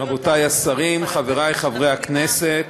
רבותי השרים, חברי חברי הכנסת,